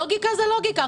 לוגיקה זה לוגיקה.